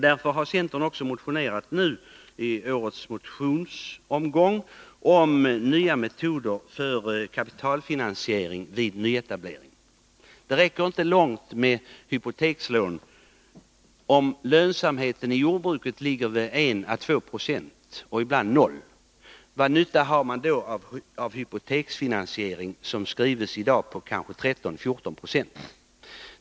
Därför har centern i årets motionsomgång motionerat om nya metoder för kapitalfinansiering vid nyetablering. Det räcker inte långt med hypotekslån, om lönsamheten i jordbruket ligger på 1 å 2 90, ibland på 0 90. Vilken nytta har man då av en hypoteksfinansiering med räntor som i dag kanske är på 13-14 920?